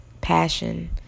passion